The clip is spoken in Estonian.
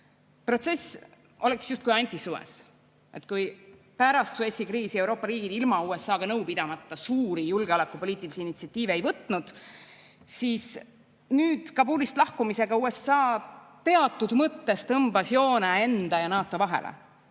Protsess oleks justkui anti-Suess. Kui pärast Suessi kriisi Euroopa riigid ilma USA-ga nõu pidamata suuri julgeolekupoliitilisi initsiatiive ei võtnud, siis nüüd tõmbas USA Kabulist lahkumisega teatud mõttes joone enda ja NATO vahele,